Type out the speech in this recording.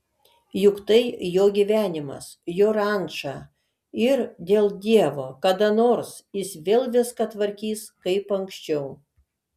juk tai jo gyvenimas jo ranča ir dėl dievo kada nors jis vėl viską tvarkys kaip anksčiau